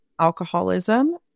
alcoholism